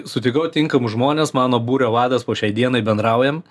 sutikau tinkamus žmones mano būrio vadas po šiai dienai bendraujam